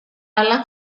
alla